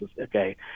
okay